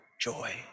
joy